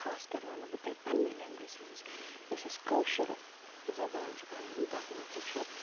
خاص کَر وَنو بہٕ تۄہہِ پَنٛنہِ لینٛگویج ہِنٛز یۄس اَسہِ کٲشُر زَبان چھِ پَنٕنۍ تَتھ منٛز تہِ چھِ